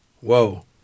Whoa